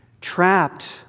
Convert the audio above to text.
trapped